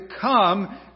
come